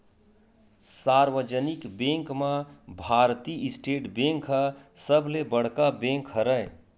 सार्वजनिक बेंक म भारतीय स्टेट बेंक ह सबले बड़का बेंक हरय